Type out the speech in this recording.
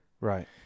Right